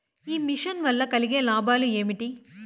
ఈ మిషన్ వల్ల కలిగే లాభాలు ఏమిటి?